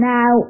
Now